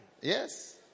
Yes